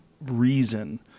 reason